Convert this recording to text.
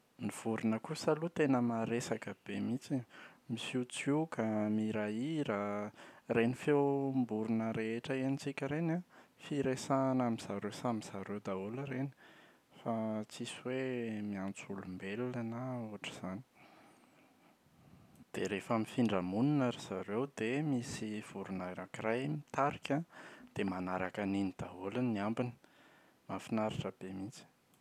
Ny vorona kosa aloha tena maresaka be mihitsy e, misiotsioka, mihirahira. Ireny feom-borona rehetra henontsika ireny an, firesahana amin’izareo samy izareo daholo ireny fa tsisy hoe miantso olombelona na ohatra izany. Dia rehefa mifindra monina ry zareo dia misy vorona anakiray mitarika dia manaraka an’iny daholo ny ambiny. Mahafinaritra be mihitsy.